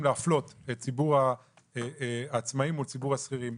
להפלות את ציבור העצמאים מול ציבור השכירים.